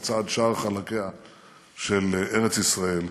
לצד שאר חלקיה של ארץ ישראל.